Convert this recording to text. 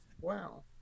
Wow